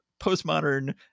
postmodern